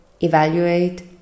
evaluate